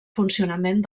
funcionament